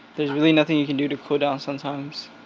there's really nothing you can do to cool down sometimes.